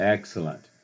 Excellent